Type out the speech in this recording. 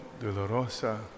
Dolorosa